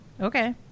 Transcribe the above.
Okay